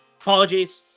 apologies